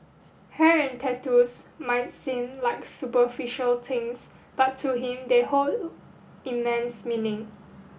hair and tattoos might seem like superficial things but to him they hold immense meaning